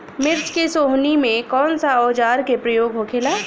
मिर्च के सोहनी में कौन सा औजार के प्रयोग होखेला?